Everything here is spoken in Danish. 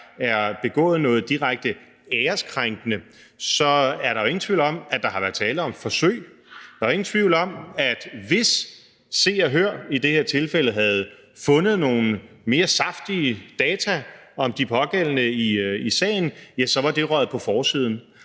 er begået noget direkte æreskrænkende, er der jo ingen tvivl om, at der har været tale om forsøg. Der er jo ingen tvivl om, at hvis Se og Hør i det her tilfælde havde fundet nogle mere saftige data om de pågældende i sagen, var det røget på forsiden.